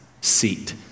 seat